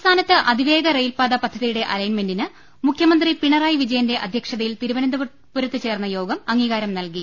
സംസ്ഥാനത്ത് അതിവേഗ റെയിൽപാതാ പദ്ധതിയുടെ അലൈൻമെന്റിന് മുഖ്യമന്ത്രി പിണറായി വിജയന്റെ അധ്യക്ഷതയിൽ തിരുവനന്തപുരത്ത് ചേർന്ന യോഗം അംഗീകാരം നൽകി